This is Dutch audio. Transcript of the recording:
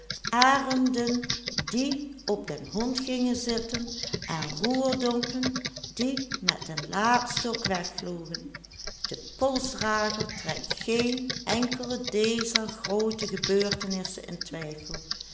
arenden die op den hond gingen zitten en roerdompen die met den laadstok wegvlogen de polsdrager trekt geen enkele dezer groote gebeurtenissen in twijfel